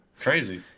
Crazy